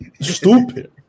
Stupid